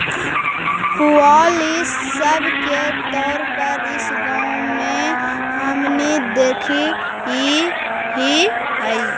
पुआल इ सब के तौर पर इस गाँव में हमनि देखऽ हिअइ